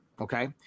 okay